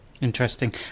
Interesting